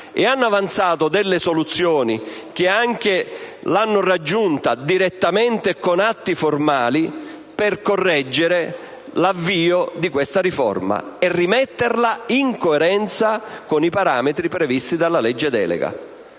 Ed hanno avanzato soluzioni che l'hanno raggiunta direttamente e con atti formali per correggere l'avvio di questa riforma e rimetterla in coerenza con i parametri previsti dalla legge delega.